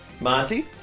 Monty